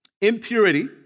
impurity